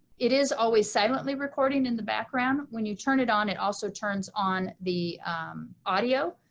it is always silently recording in the background, when you turn it on, it also turns on the audio,